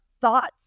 thoughts